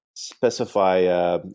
specify